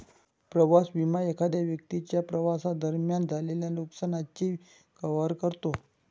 प्रवास विमा एखाद्या व्यक्तीच्या प्रवासादरम्यान झालेल्या नुकसानाची कव्हर करतो